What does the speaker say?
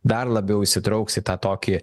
dar labiau įsitrauks į tą tokį